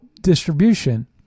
distribution